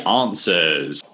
answers